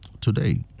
Today